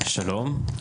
שלום.